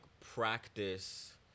practice